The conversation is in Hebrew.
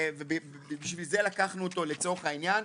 ובשביל זה לקחנו אותו לצורך העניין.